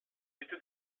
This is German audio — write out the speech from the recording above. mitte